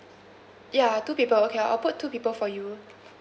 yeah two people okay I'll put two people for you